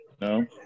No